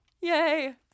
Yay